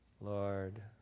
Lord